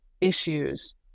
issues